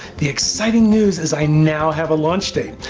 the exciting news is i now have a launch date!